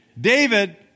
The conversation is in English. David